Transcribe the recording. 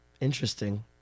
Interesting